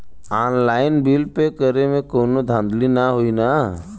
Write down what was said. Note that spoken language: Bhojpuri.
ऑनलाइन बिल पे करे में कौनो धांधली ना होई ना?